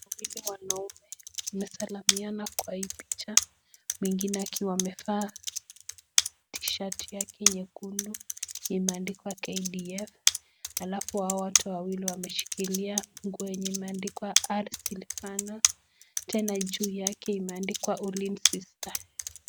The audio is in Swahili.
Wawili wanaume wamesalamiana kwa hii picha mwengine akiwa amevaa t-shati yake nyekundu imeandikwa KDF halafu hao wote wawili wameshikilia nguo yenye imeandikwa R sylvana, tena juu yake imeandikwa Ulinzi Star.